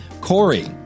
Corey